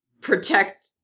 protect